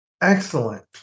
Excellent